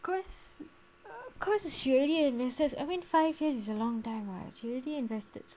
cause cause she already administers have been five years is a long time [what] she actually invested